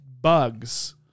Bugs